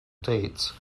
dates